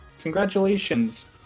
congratulations